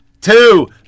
Two